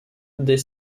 des